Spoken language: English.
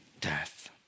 death